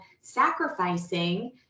sacrificing